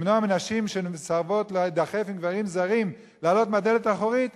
למנוע מנשים שמסרבות להידחף עם גברים זרים לעלות מהדלת האחורית,